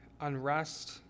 unrest